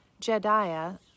Jediah